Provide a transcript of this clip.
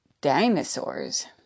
dinosaurs